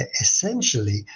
essentially